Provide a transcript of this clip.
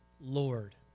Lord